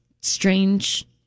strange